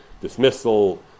dismissal